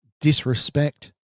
disrespect